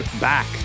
back